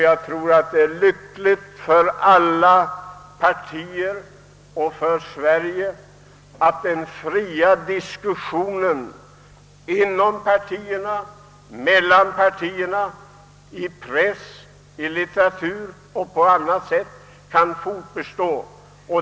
Jag tror det är lyckligt för alla partier och för landet i dess helhet att den fria diskussionen inom partierna, mellan partierna, i press, i litteratur och i andra former kan fortbestå.